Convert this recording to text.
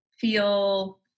feel